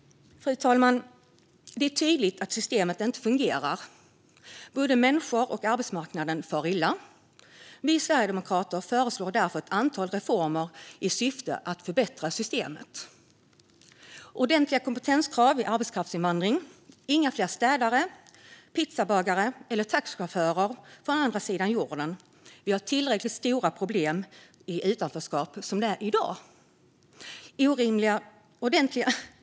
Fru talman! Det är tydligt att systemet inte fungerar. Både människor och arbetsmarknaden far illa. Vi sverigedemokrater föreslår därför ett antal reformer i syfte att förbättra systemet: Ordentliga kompetenskrav vid arbetskraftsinvandring. Inga fler städare, pizzabagare eller taxichaufförer från andra sidan jorden. Vi har tillräckligt stora problem med utanförskapet som det är i dag.